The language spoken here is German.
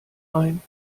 ein